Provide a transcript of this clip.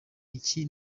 iki